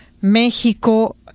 México